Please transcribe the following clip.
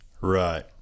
Right